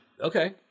Okay